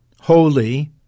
holy